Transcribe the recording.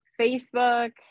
Facebook